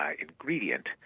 ingredient